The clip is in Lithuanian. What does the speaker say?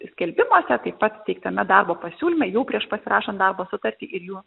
skelbimuose taip pat teiktame darbo pasiūlyme jau prieš pasirašant darbo sutartį ir jų